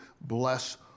bless